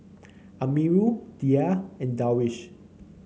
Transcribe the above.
Amirul Dhia and Darwish